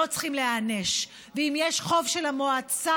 לא צריכים להיענש, ואם יש חוב של המועצה,